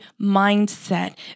mindset